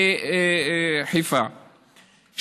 והיום המפכ"ל רמז, תהה,